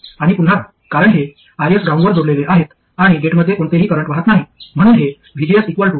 आणि पुन्हा कारण हे Rs ग्राउंडवर जोडलेले आहेत आणि गेटमध्ये कोणतेही करंट वाहत नाही म्हणून हे vgs ITESTR1 आहे